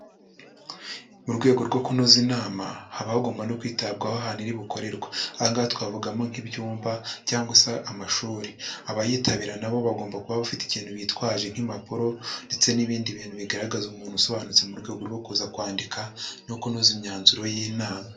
Mu rwego rwo kunoza inama, haba hagomba no kwitabwaho ahantu iri bukorerwe, aha ngaha twavugamo nk'ibyumba, cyangwa se amashuri, abayitabira nabo bagomba kuba bafite ikintu bitwaje nk'impapuro, ndetse n'ibindi bintu bigaragaza umuntu usobanutse, mu rwego rwo kuza kwandika no kunoza imyanzuro y'inama.